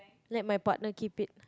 let my partner keep it